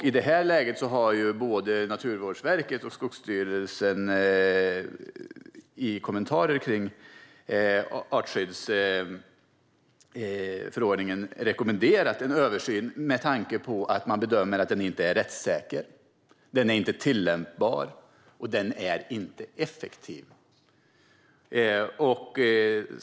I det här läget har både Naturvårdsverket och Skogsstyrelsen i kommentarer till artskyddsförordningen rekommenderat en översyn med tanke på att man bedömer att den inte är rättssäker, inte tillämpbar och inte effektiv.